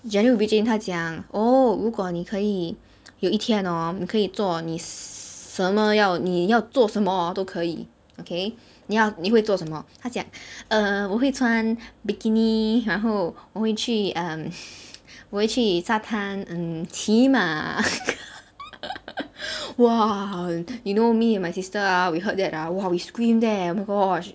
jennie ruby jane 她讲 oh 如果你可以有一天 orh 可以做你什么要你要做什么 orh 都可以 okay 你要你会做什么她讲 uh 我会穿 bikini 然后我会去 um 我回去沙滩 mm 骑马 !wah! you know me and my sister ah we heard that ah !wah! we scream there eh oh my gosh